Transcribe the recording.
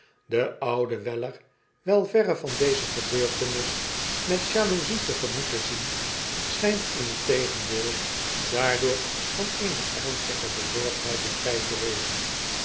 de oude weller wel verre van deze gebeurtenis met jaloezie te gemoet te zien schyntintegenx deel daardoor van eene ernstige bezorgdneid bevryd te wezen